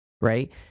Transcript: right